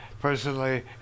personally